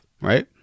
Right